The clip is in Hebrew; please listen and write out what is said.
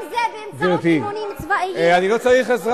אם זה באמצעות אימונים צבאיים, את עוזרת,